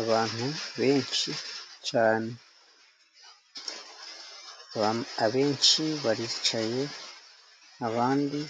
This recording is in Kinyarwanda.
Abantu benshi cyane ,abenshi baricaye abandi